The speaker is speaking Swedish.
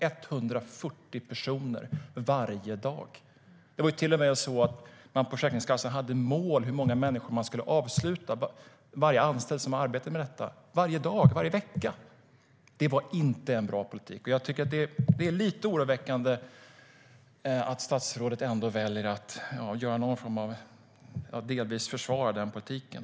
140 personer varje dag! Vid Försäkringskassan hade de till och med mål för hur många sjukskrivningar de skulle avsluta. Det gällde varje anställd som arbetade med dessa frågor, varje dag, varje vecka. Det var inte en bra politik. Det är oroväckande att statsrådet väljer att delvis försvara den politiken.